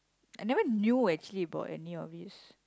I never knew actually about any of this